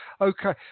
Okay